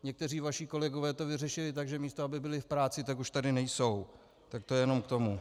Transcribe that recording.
Někteří vaši kolegové to vyřešili tak, že místo aby byli v práci, tak už tady nejsou, tak to jenom k tomu.